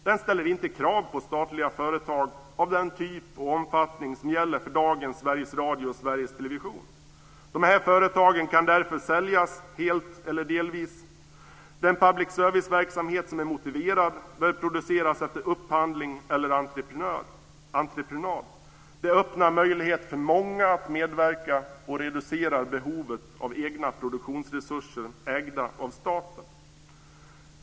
Den ställer inte krav på statliga företag av den typ och omfattning som finns i dagens Sveriges Radio och Sveriges Television. De här företagen kan därför säljas helt eller delvis. Den public service-verksamhet som är motiverad bör produceras efter upphandling eller entreprenad. Det öppnar möjligheten för många att medverka och reducerar behovet av egna produktionsresurser ägda av staten.